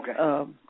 Okay